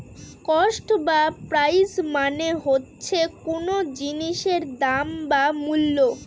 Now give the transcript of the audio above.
cost বা price মানে হচ্ছে কোন জিনিসের দাম বা মূল্য